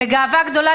בגאווה גדולה.